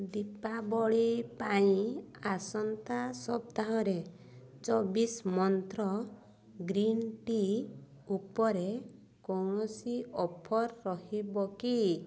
ଦୀପାବଳି ପାଇଁ ଆସନ୍ତା ସପ୍ତାହରେ ଚବିଶ ମନ୍ତ୍ର ଗ୍ରୀନ୍ ଟି ଉପରେ କୌଣସି ଅଫର୍ ରହିବ କି